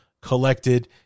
collected